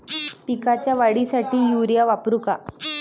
पिकाच्या वाढीसाठी युरिया वापरू का?